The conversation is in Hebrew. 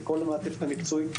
את כל המעטפת המקצועית,